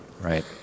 right